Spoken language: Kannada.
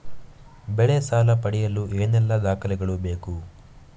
ಬೆಳೆ ಸಾಲ ಪಡೆಯಲು ಏನೆಲ್ಲಾ ದಾಖಲೆಗಳು ಬೇಕು?